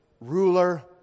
ruler